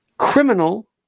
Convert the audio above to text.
Criminal